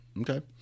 okay